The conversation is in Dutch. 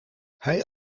hij